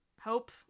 Hope